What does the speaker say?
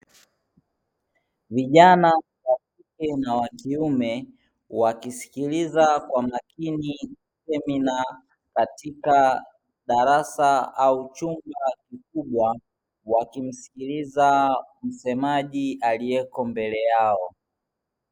Vijana wakike na wakiume wakisikiliza kwa makini semina katika darasa au chumba kikubwa, wakimsikiliza msemaji aliyeko mbele yao.